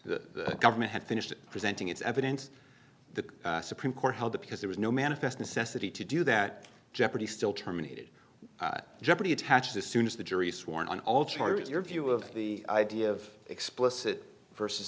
the government had finished presenting its evidence the supreme court held that because there was no manifest necessity to do that jeopardy still terminated jeopardy attached as soon as the jury sworn on all charges your view of the idea of explicit versus